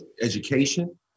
education